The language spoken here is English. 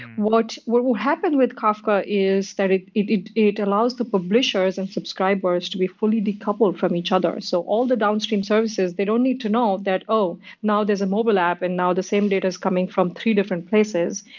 what what will happen with kafka is that it it allows the publishers and subscribers to be fully decoupled from each other, so all the downstream services, they don't need to know that, oh! now, there's a mobile app, and now the same data is coming from three different places.